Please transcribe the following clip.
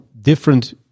different